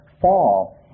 fall